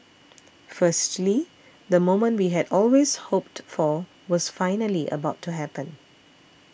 firstly the moment we had always hoped for was finally about to happen